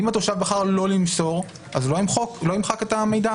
ואם התושב בחר לא למסור, אז לא ימחק את המידע?